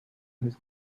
his